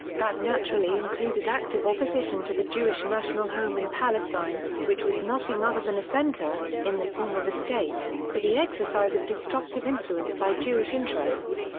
that naturally included active opposition to the jewish national home in palestine, which was nothing other than a center, in the form of a state, for the exercise of destructive influence by jewish interests.